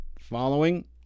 following